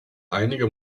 einige